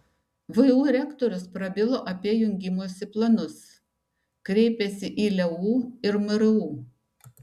vu rektorius prabilo apie jungimosi planus kreipėsi į leu ir mru